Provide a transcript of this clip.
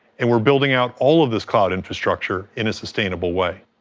and we're building out all of this cloud infrastructure in a sustainable way.